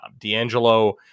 D'Angelo